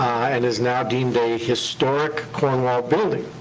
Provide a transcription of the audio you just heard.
and is now deemed a historic cornwall building,